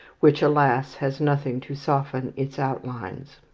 which, alas! has nothing to soften its outlines.